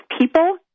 people